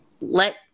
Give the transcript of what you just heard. let